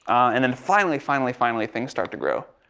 and then finally, finally, finally, things start to grow.